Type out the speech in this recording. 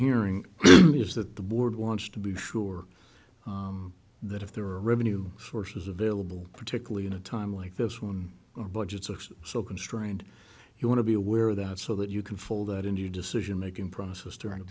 hearing is that the board wants to be sure that if there are revenue sources available particularly in a time like this one or budgets are so constrained you want to be aware of that so that you can fold that into your decision making process during